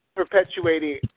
perpetuating